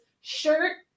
shirt